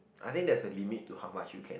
I think there's a limit to how much you can